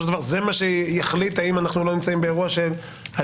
של דבר זה מה שיחליט האם אנחנו לא באירוע של הליך